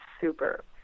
super